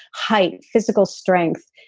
height, physical strength,